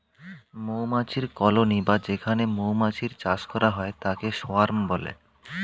মৌমাছির কলোনি বা যেখানে মৌমাছির চাষ করা হয় তাকে সোয়ার্ম বলে